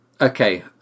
Okay